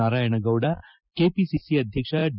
Narayanagowda KPCC ಅಧ್ಯಕ್ಷ D